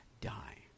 die